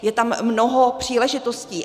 Je tam mnoho příležitostí.